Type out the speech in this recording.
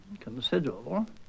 considerable